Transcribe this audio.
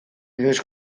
inoiz